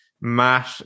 matt